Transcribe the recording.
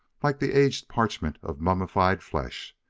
like the aged parchment of mummified flesh.